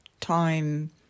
time